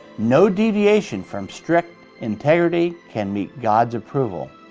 no deviation from strict integrity can meet god's approval.